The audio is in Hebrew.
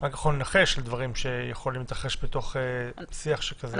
אני רק יכול לנחש דברים שיכולים להתרחש בתוך שיח שכזה.